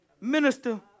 Minister